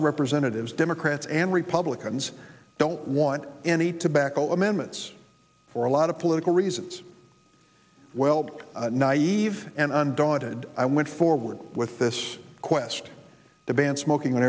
of representatives democrats and republicans don't want any tobacco amendments for a lot of political reasons welt naive and undaunted i went forward with this quest to ban smoking